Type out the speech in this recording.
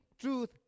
truth